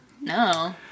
no